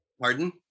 Pardon